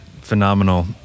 phenomenal